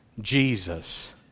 Jesus